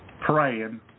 praying